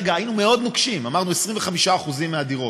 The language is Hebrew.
היינו מאוד נוקשים, אמרנו: 25% מהדירות.